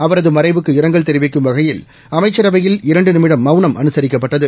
அவரது மறைவுக்கு இரங்கல் தெரிவிக்கும் வகையில் அமைச்சரவையில் இரண்டு நிமிடம் மவுனம் அனுசரிக்கப்பட்டது